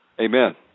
Amen